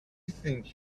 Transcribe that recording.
think